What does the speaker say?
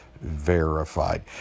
verified